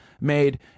made